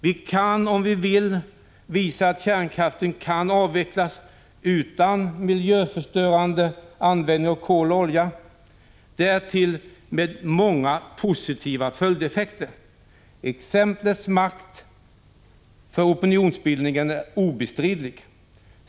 Vi kan, om vi vill, visa att kärnkraften kan avvecklas utan miljöförstörande användning av kol och olja, men i stället med många positiva följdeffekter. Exemplets makt i opinionsbildningen är obestridlig.